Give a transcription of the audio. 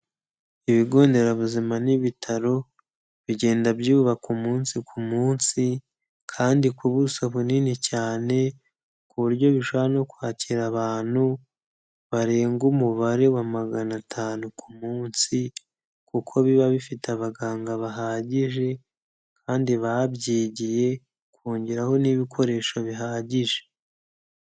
Ibigo nderabuzima n'ibitaro bigenda byubaka umunsi ku munsi kandi ku buso bunini cyane, ku buryo bishobora no kwakira abantu barenga umubare wa magana atanu ku munsi kuko biba bifite abaganga bahagije kandi babyigiye, kongeraho n'ibikoresho bihagije.